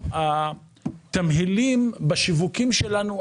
התמהילים בשיווקים שלנו,